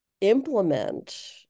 implement